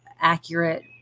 accurate